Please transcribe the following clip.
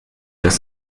das